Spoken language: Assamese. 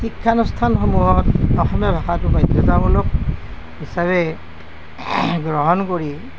শিক্ষানুষ্ঠান সমূহত অসমীয়া ভাষাটো বাধ্য়তামূলক হিচাপে গ্ৰহণ কৰি